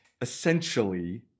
essentially